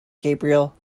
gabriel